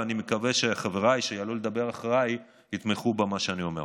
ואני מקווה שחבריי שיעלו לדבר אחריי יתמכו במה שאני אומר.